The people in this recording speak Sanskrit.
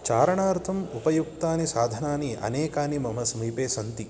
चारणार्थम् उपयुक्तानि साधनानि अनेकानि मम समीपे सन्ति